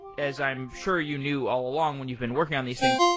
as i'm sure you knew all along when you've been working on these things,